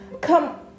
Come